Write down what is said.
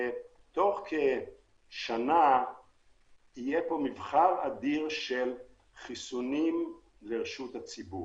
תוך כשנה יהיה מבחר אדיר של חיסונים לרשות הציבור.